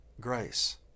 grace